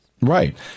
Right